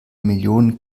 millionen